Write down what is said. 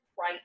right